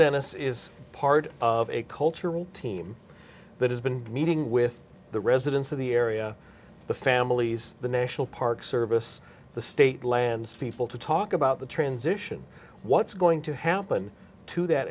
dennis is part of a cultural team that has been meeting with the residents of the area the families the national park service the state lands people to talk about the transition what's going to happen to that